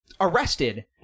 arrested